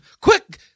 quick